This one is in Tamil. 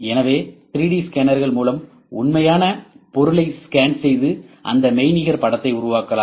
எனவே 3டி ஸ்கேனர்கள் மூலம் உண்மையான பொருளை ஸ்கேன் செய்து அந்த மெய்நிகர் படத்தை உருவாக்கலாம்